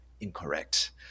incorrect